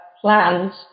plans